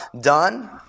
done